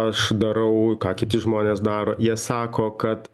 aš darau ką kiti žmonės daro jie sako kad